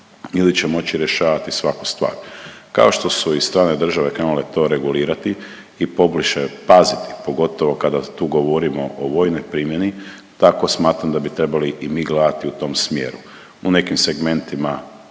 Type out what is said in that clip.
ili će moći rješavati svaku stvar. Kao što su i strane države krenule to regulirati i pobliže paziti, pogotovo kada tu govorimo o vojnoj primjeni tako smatram da bi trebali i mi gledati u tom smjeru. U nekim segmentima